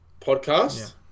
podcast